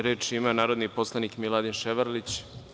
Reč ima narodni poslanik Miladin Ševarlić.